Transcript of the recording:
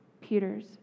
Peter's